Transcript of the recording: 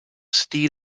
steed